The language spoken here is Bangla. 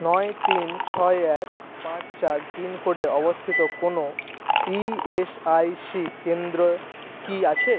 নয় তিন ছয় এক পাঁচ চার পিনকোডে অবস্থিত কোনও ইএসআইসি কেন্দ্র কি আছে